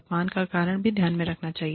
अपमान का कारण भी ध्यान में रखा जाना चाहिए